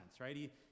right